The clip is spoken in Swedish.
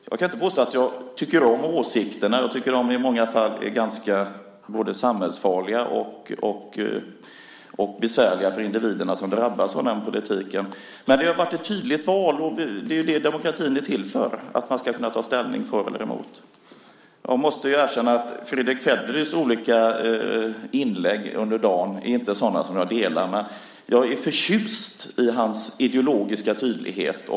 Jag kan inte påstå att jag tycker om åsikterna; jag tycker att de i många fall både är ganska samhällsfarliga och besvärliga för de individer som drabbas av politiken. Men det har varit ett tydligt val, och det är ju det demokratin är till för. Man ska kunna ta ställning för eller emot. Jag måste erkänna att Fredrick Federleys olika inlägg under dagen inte är sådana som jag delar. Men jag är förtjust i hans ideologiska tydlighet.